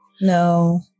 No